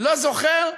לא זוכר,